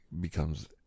becomes